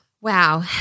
Wow